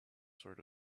sort